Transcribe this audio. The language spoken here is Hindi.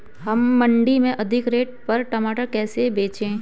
हम मंडी में अधिक रेट पर टमाटर कैसे बेचें?